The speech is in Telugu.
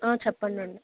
చెప్పండి